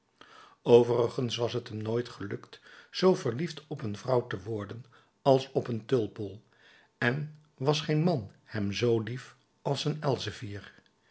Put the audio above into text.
overigens was t hem nooit gelukt zoo verliefd op een vrouw te worden als op een tulpbol en was geen man hem zoo lief als een elzevier